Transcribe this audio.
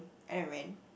and I ran